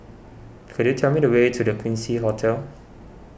could you tell me the way to the Quincy Hotel